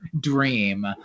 dream